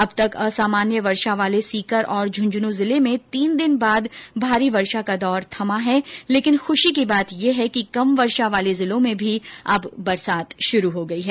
अब तक असामान्य वर्षा वाले सीकर और झूंझुनू जिलों में तीन दिन बाद भारी वर्षा का दौर थमा है लेकिन ख्रशी की बात यह है कि कम वर्षा वाले जिलों में भी अब बरसात शुरू हो गई है